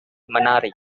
menarik